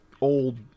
old